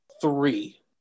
three